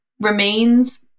remains